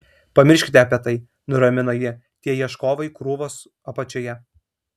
pamirškite apie tai nuramino ji tie ieškovai krūvos apačioje